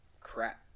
crap